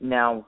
Now